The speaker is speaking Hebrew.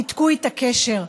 ניתקו איתה קשר.